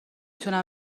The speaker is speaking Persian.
تونم